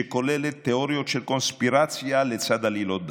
שכוללת תיאוריות של קונספירציה לצד עלילות דם.